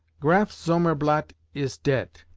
graf zomerblat is deat,